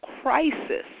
crisis